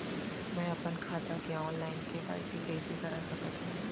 मैं अपन खाता के ऑनलाइन के.वाई.सी कइसे करा सकत हव?